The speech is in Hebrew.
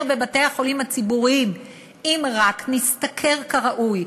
בבתי-החולים הציבוריים אם רק נשתכר כראוי.